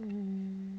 mm